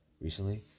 recently